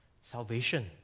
salvation